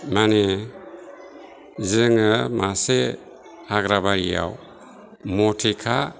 माने जोङो मानसे हाग्राबारियाव मटिखा